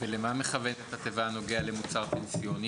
ולמה מכוונת התיבה "הנוגע למוצר פנסיוני"?